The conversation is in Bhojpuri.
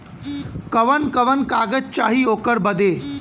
कवन कवन कागज चाही ओकर बदे?